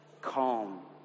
calm